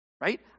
right